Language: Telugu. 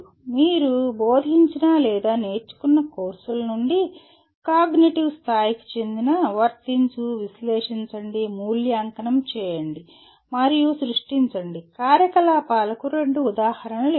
మీరు బోధించిన లేదా నేర్చుకున్న కోర్సుల నుండి కాగ్నిటివ్ స్థాయికి చెందిన వర్తించు విశ్లేషించండి మూల్యాంకనం చేయండి మరియు సృష్టించండి కార్యకలాపాలకు రెండు ఉదాహరణలు ఇవ్వండి